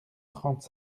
trente